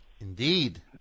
indeed